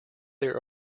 there